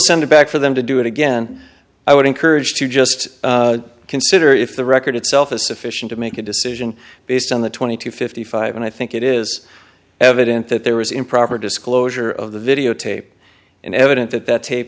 send it back for them to do it again i would encourage to just consider if the record itself is sufficient to make a decision based on the twenty to fifty five and i think it is evident that there was improper disclosure of the videotape and evident that that tape